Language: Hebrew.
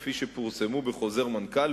כפי שפורסמו בחוזר המנכ"ל,